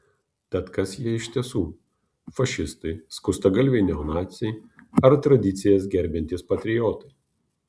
tad kas jie iš tiesų fašistai skustagalviai neonaciai ar tradicijas gerbiantys patriotai